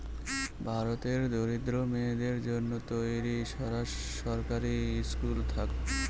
ভারতের দরিদ্র মেয়েদের জন্য তৈরী সরকারি স্কুল থাকে